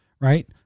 Right